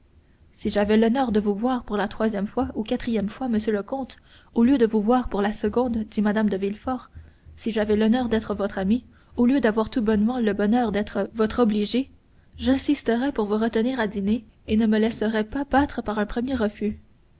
si j'avais l'honneur de vous voir pour la troisième ou quatrième fois monsieur le comte au lieu de vous voir pour la seconde dit mme de villefort si j'avais l'honneur d'être votre amie au lieu d'avoir tout bonnement le bonheur d'être votre obligée j'insisterais pour vous retenir à dîner et je ne me laisserais pas battre par un premier refus